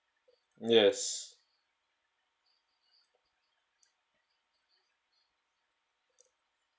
yes